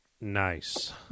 Nice